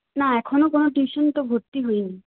না এখনো কোনো টিউশানে তো ভর্তি হইনি